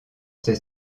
ses